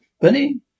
Bunny